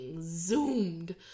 zoomed